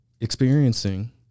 experiencing